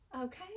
Okay